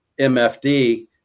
MFD